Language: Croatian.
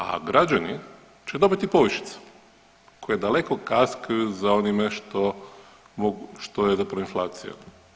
A građani će dobiti povišicu koje daleko kaskaju za onime što je zapravo inflacija.